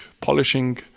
polishing